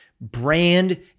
brand